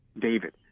David